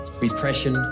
Repression